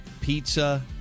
Pizza